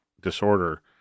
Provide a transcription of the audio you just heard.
disorder